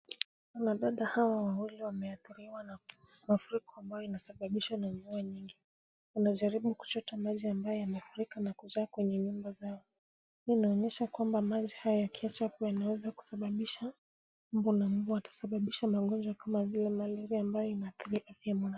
Wanadada hawa wawili wameadhiriwa na mafuriko ambayo inasababishwa na mvua nyingi. Wanajaribu kuchota maji ambayo yamefurika na kujaa kwenye manyumba zao. Hii inaonyesha kwamba maji haya yakiachwa hapo yanaweza kusababisha magonjwa kama vile malaria.